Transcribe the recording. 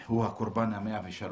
הוא הקורבן ה-103,